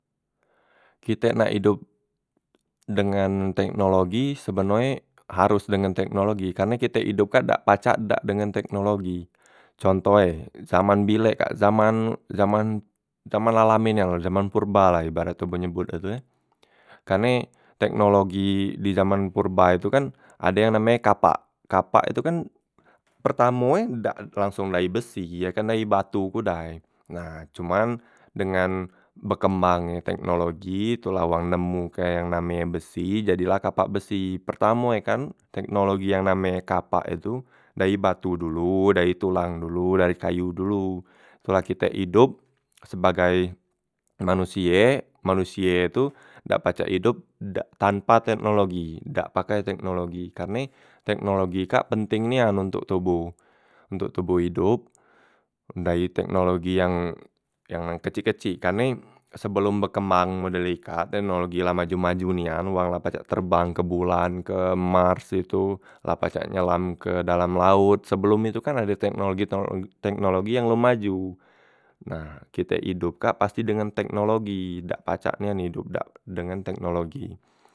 Kite nak idop dengan teknologi sebenoe harus dengan teknologi karne kite idop kak dak pacak dak dengan teknologi, contoh e zaman bilek kak, zaman zaman zaman la lame nian, zaman purba la ibarat e men nyebot e tu e, karne teknologi di zaman purba itu kan ade yang name e kapak, kapak tu kan pertamo e dak langsong naek besi ye kan nai batu u day, nah cuman dengan bekembang e teknologi tula wang nemu kek yang name e besi, jadi la kapak besi, pertamo e kan teknologi yang name e kapak e tu dai batu dulu, dai tulang dulu, dai kayu dulu, setelah kite idop sebagai manusie, manusie tu dak pacak idop dak tanpa teknologi, dak pakai teknologi, karne teknologi kak penteng nian untok toboh, ontok toboh idop dai teknologi yang kecik- kecik karne sebelom bekembang model ikak, teknologi la majo- majo nian wang la pacak terbang ke bulan ke mars itu, la pacak nyelam ke dalam laot, sebelom itu kan ado tekno teknologi yang maju, nah kite idop kak pasti dengan teknologi dak pacak nian idop dak dengan teknologi.